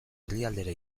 herrialdera